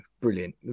brilliant